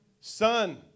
Son